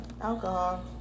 alcohol